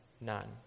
none